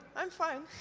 i'm fine.